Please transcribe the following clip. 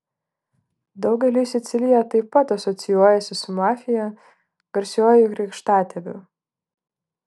daugeliui sicilija taip pat asocijuojasi su mafija garsiuoju krikštatėviu